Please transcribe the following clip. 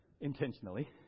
Intentionally